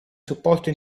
supporto